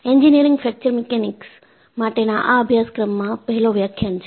engineering fracture mechanics માટેના આ અભ્યાસક્રમમાં પહેલો વ્યાખ્યાન છે